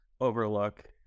overlook